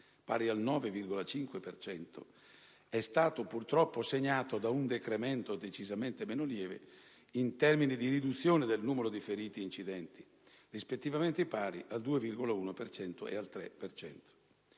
per cento, è stato purtroppo segnato da un decremento decisamente meno lieve in termini di riduzione del numero di feriti e incidenti, rispettivamente pari al 2,1 per